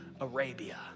Arabia